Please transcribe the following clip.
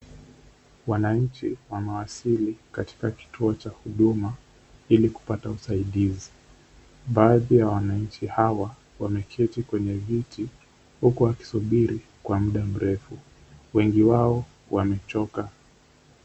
Wananchi wamewasili katika kituo cha huduma ilikupata usaidizi, baadhi ya wananchi hawa wameketi kwenye kiti huku wakisubiri kwa muda mrefu wengi wao wamechoka.